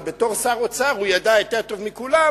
כי בתור שר האוצר הוא ידע יותר טוב מכולם